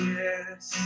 yes